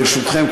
ברשותכם,